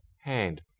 hand